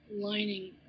lining